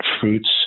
fruits